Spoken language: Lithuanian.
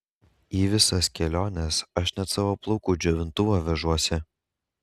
į visas keliones aš net savo plaukų džiovintuvą vežuosi